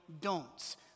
don'ts